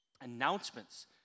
announcements